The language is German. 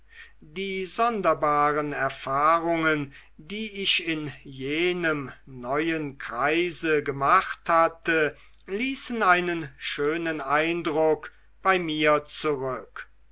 die sonderbaren erfahrungen die ich in jenem neuen kreise gemacht hatte ließen einen schönen eindruck bei mir zurück